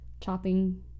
chopping